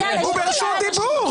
הוא ברשות דיבור.